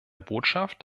botschaft